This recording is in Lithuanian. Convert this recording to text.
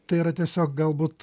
tai yra tiesiog galbūt